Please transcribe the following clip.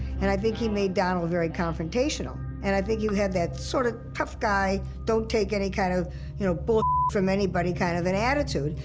and i think he made donald very confrontational. and i think you had that sort of tough guy, don't take any kind of you know bull bleep from anybody kind of an attitude.